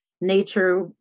nature